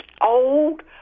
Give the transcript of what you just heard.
old